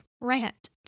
rant